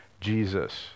Jesus